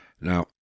Now